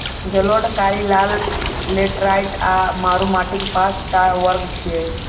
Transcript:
जलोढ़, कारी, लाल, लेटेराइट आ मरु माटिक पांच टा वर्ग छियै